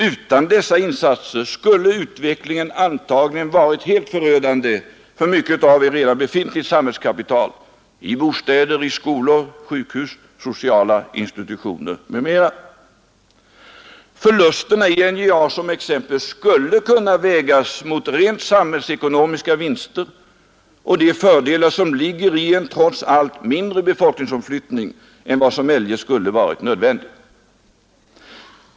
Utan dessa insatser skulle utvecklingen antagligen varit helt förödande för mycket av ett redan befintligt samhällskapital i bostäder, skolor, sjukhus, sociala institutioner m.m. Förlusterna i NJA t.ex. skulle kunna vägas mot rent samhällsekonomiska vinster och de fördelar som ligger i en trots allt mindre befolkningsomflyttning än vad som eljest skulle varit nödvändig.